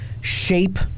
shape